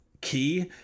key